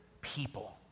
people